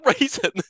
reason